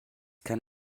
kann